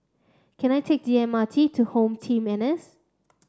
can I take the M R T to HomeTeam N S